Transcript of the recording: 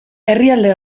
herrialde